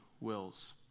wills